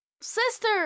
Sister